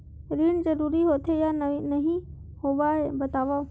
ऋण जरूरी होथे या नहीं होवाए बतावव?